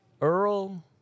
Earl